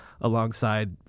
alongside